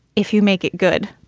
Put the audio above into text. if you make it good.